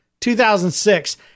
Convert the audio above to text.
2006